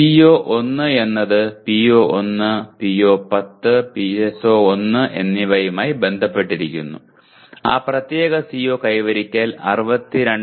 CO1 എന്നത് PO1 PO10 PSO1 എന്നിവയുമായി ബന്ധപ്പെട്ടിരിക്കുന്നു ആ പ്രത്യേക CO കൈവരിക്കൽ 62